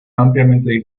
ampliamente